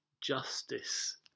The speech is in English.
justice